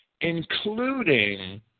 including